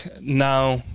now